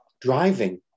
driving